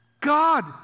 God